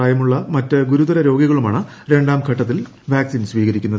പ്രായമുള്ള മറ്റു ഗുരുതര രോഗിക്കളുമാണ് രണ്ടാം ഘട്ടത്തിൽ വാക് സിൻ സ്വീകരിക്കുന്നത്